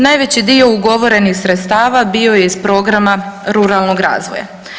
Najveći dio ugovorenih sredstava bio je iz programa Ruralnog razvoja.